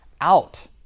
out